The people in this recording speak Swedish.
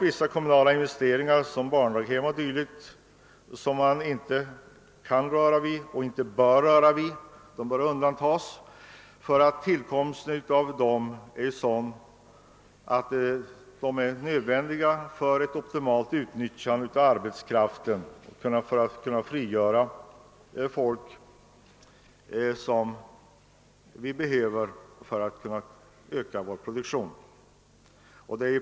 Vissa kommunala investeringar, exempelvis i barndaghem, är dock nödvändiga för ett optimalt utnyttjande av arbetskraften. De måste undantas vid en inskränkning, eftersom de frigör folk som vi behöver för att kunna öka vår produktion.